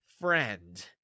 friend